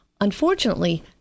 Unfortunately